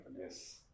Yes